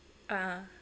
a'ah